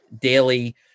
daily